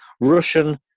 Russian